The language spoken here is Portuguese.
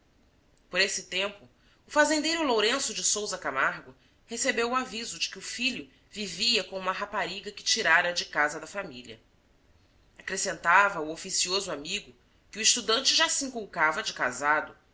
por esse tempo o fazendeiro lourenço de sousa camargo recebeu o aviso de que o filho vivia com uma rapariga que tirara de casa da família acrescentava o oficioso amigo que o estudante já se inculcava de casado